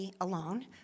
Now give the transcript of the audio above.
alone